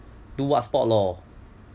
do what sport lor